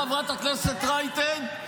חברת הכנסת רייטן,